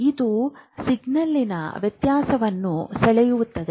ಇದು ಸಿಗ್ನಲ್ನಲ್ಲಿನ ವ್ಯತ್ಯಾಸವನ್ನು ಸೆಳೆಯುತ್ತದೆ